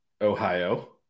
Ohio